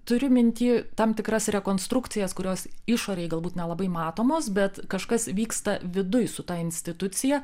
turiu minty tam tikras rekonstrukcijas kurios išorėj galbūt nelabai matomos bet kažkas vyksta viduj su ta institucija